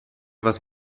was